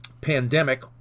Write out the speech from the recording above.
pandemic